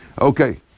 okay